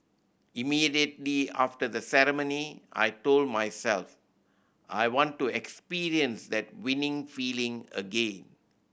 immediately after the ceremony I told myself I want to experience that winning feeling again